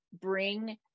bring